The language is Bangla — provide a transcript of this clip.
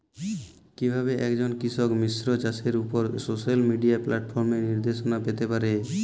কিভাবে একজন কৃষক মিশ্র চাষের উপর সোশ্যাল মিডিয়া প্ল্যাটফর্মে নির্দেশনা পেতে পারে?